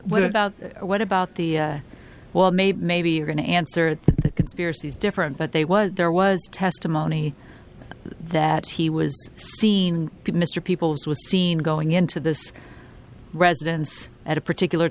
what about what about the well maybe maybe you're going to answer the conspiracy is different but they was there was testimony that he was seen mr people's was seen going into this residence at a particular